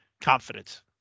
confidence